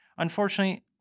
Unfortunately